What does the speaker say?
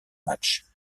matchs